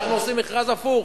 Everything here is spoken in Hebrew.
אנחנו עושים מכרז הפוך,